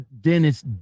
Dennis